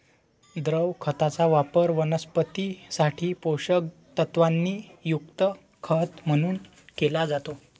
द्रव खताचा वापर वनस्पतीं साठी पोषक तत्वांनी युक्त खत म्हणून केला जातो